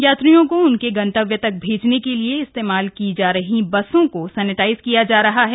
यात्रियों को उनके गंतव्य तक भैजने के लिए इस्तेमाल की जा रही बसों को सैनेटाइज किया जा रहा है